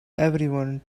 everyone